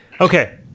okay